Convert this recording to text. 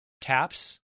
Taps